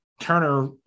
Turner